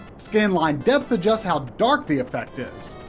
scanline depth adjusts how dark the effect is.